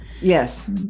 Yes